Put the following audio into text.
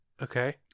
Okay